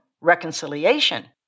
reconciliation